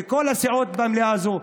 ולכל הסיעות במליאה הזאת,